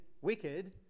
wicked